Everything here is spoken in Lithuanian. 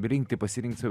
rinkti pasirinkti